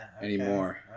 anymore